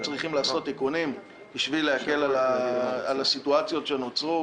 אם צריכים לעשות תיקונים בשביל להקל על הסיטואציות שנוצרו,